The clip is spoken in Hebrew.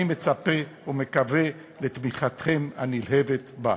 אני מצפה ומקווה לתמיכתם הנלהבת בה.